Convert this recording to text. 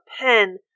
pen